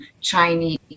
chinese